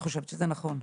אני חושבת שזה נכון.